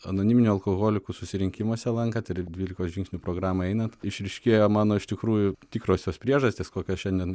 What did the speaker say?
anoniminių alkoholikų susirinkimuose lankant ir dvylikos žingsnių programą einant išryškėjo mano iš tikrųjų tikrosios priežastys kokias šiandien